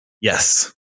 Yes